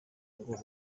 ngo